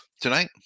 tonight